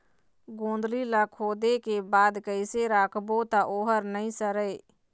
गोंदली ला खोदे के बाद कइसे राखबो त ओहर नई सरे?